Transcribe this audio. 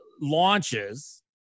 launches